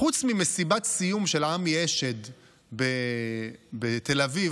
חוץ ממסיבת סיום של עמי אשד בתל אביב,